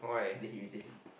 then he retain